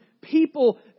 people